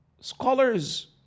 Scholars